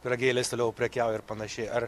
pyragėliais toliau prekiauja ir panašiai ar